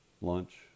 lunch